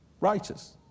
righteous